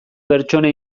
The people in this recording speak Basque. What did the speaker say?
pertsona